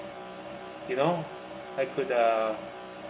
you know I could uh